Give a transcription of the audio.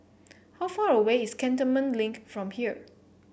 how far away is Cantonment Link from here